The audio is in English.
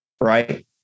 Right